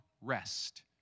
rest